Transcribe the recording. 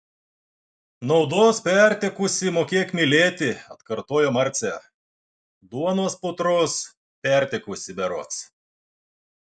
naudos pertekusi mokėk mylėti atkartojo marcė duonos putros pertekusi berods